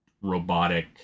robotic